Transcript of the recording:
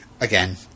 again